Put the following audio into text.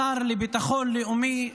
השר לביטחון לאומי,